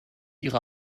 ihre